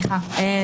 סליחה.